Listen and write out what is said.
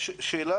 הסמכות.